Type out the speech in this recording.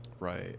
right